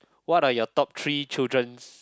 what are your top three children's